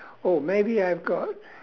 oh maybe I've got